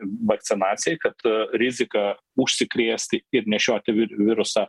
vakcinacijai kad rizika užsikrėsti ir nešioti virusą